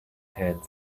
hands